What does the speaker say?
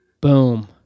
Boom